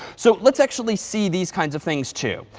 so let's actually see these kinds of things too.